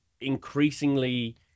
increasingly